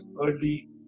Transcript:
early